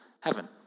heaven